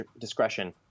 discretion